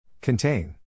Contain